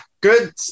good